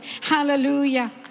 hallelujah